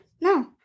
No